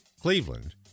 Cleveland